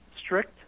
strict